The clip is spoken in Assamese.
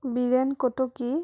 বীৰেন কটকী